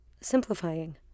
simplifying